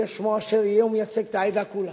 יהיה שמו אשר יהיה, הוא מייצג את העדה כולה.